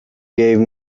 gave